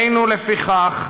לפיכך,